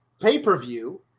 pay-per-view